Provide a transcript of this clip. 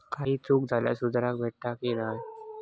काही चूक झाल्यास सुधारक भेटता की नाय?